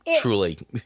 truly